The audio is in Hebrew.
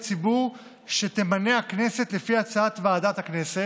ציבור שתמנה הכנסת לפי הצעת ועדת הכנסת,